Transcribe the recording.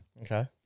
Okay